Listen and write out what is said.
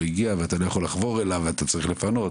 הגיע ואתה לא יכול לחבור אליו ואתה צריך לפנות,